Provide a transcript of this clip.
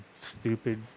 stupid